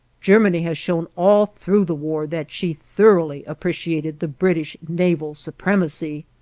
germany has shown all through the war that she thoroughly appreciated the british naval supremacy.